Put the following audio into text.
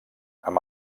amb